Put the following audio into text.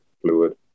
fluid